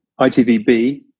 ITVB